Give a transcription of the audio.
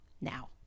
now